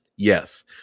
Yes